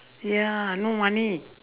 ya no money